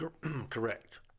Correct